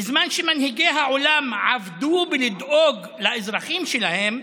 בזמן שמנהיגי העולם עבדו בלדאוג לאזרחים שלהם,